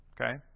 Okay